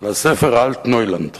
על הספר "אלטנוילנד",